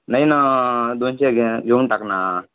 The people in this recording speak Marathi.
नाही न दोनशे घ्या घेऊन टाक ना